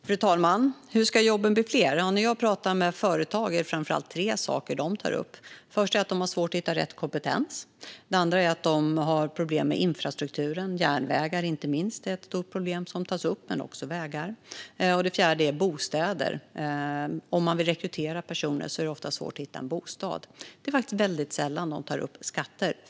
Fru talman! Hur ska jobben bli fler? När jag talar med företag är det framför allt tre saker de tar upp. Det första är att de har svårt att hitta rätt kompetens. Det andra är att de har problem med infrastrukturen - inte minst järnvägar är ett stort problem som tas upp, men det gäller också vägar. Det tredje är bostäder - om man vill rekrytera personer är det ofta svårt att hitta en bostad. Det är faktiskt väldigt sällan de tar upp skatter.